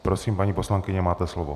Prosím, paní poslankyně, máte slovo.